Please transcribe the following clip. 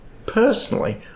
Personally